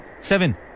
seven